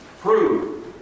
Prove